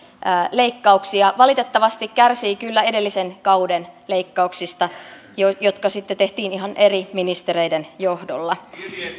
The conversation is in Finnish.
leikkauksia valitettavasti se kärsii kyllä edellisen kauden leikkauksista jotka jotka sitten tehtiin ihan eri ministereiden johdolla